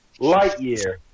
Lightyear